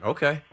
Okay